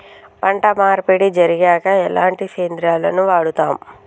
పంట మార్పిడి జరిగాక ఎలాంటి సేంద్రియాలను వాడుతం?